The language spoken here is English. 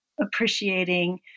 appreciating